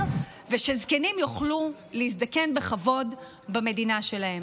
ושזקנים יוכלו להזדקן בכבוד במדינה שלהם.